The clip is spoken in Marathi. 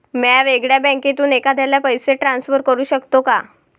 म्या वेगळ्या बँकेतून एखाद्याला पैसे ट्रान्सफर करू शकतो का?